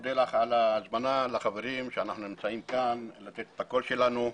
מודה לך על ההזמנה להשמיע את הקול שלנו.